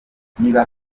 niba